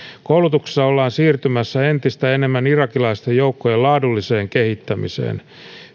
koulutuksessa ollaan siirtymässä entistä enemmän irakilaisten joukkojen laadulliseen kehittämiseen